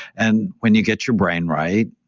and when you get your brain right,